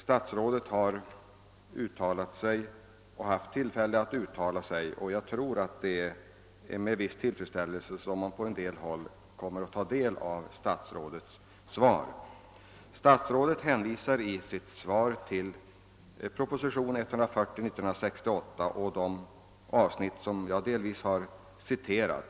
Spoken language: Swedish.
Statsrådet har haft tillfälle att uttala sig, han har gjort det och jag tror att man på sina håll med viss tillfredsställelse kommer att ta del av hans svar. Statsrådet hänvisade i sitt svar till samma avsnitt i propositionen 140 år 1968 som jag har citerat.